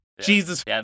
Jesus